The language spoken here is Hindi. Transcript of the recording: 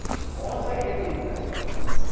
कौन सा खेती हम करें